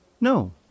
No